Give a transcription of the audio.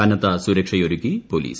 കനത്ത സുരക്ഷയൊരുക്കി പോലീസ്